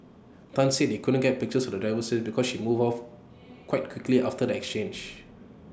Tan said they couldn't get pictures of the driver's face because she moved off quite quickly after the exchange